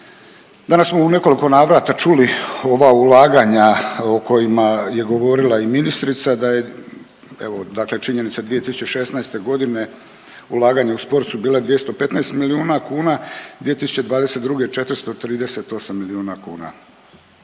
Danas smo u nekoliko navrata čuli ova ulaganja o kojima je govorila i ministrica da je evo, dakle činjenica je 2016. godine ulaganja u sport su bila 215 milijuna kuna, 2022. 438 miliona kuna.